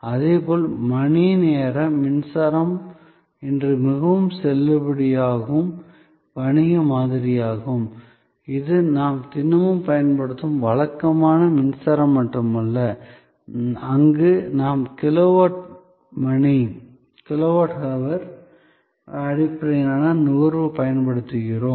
இதேபோல் மணிநேர மின்சாரம் இன்று மிகவும் செல்லுபடியாகும் வணிக மாதிரியாகும் இது நாம் தினமும் பயன்படுத்தும் வழக்கமான மின்சாரம் மட்டுமல்ல அங்கு நாம் கிலோவாட் மணி அடிப்படையிலான நுகர்வு பயன்படுத்துகிறோம்